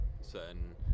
certain